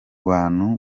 bantu